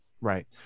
Right